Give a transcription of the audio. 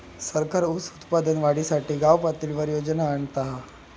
सरकार ऊस उत्पादन वाढीसाठी गावपातळीवर योजना आणता हा